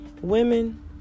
women